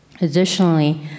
Additionally